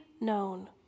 known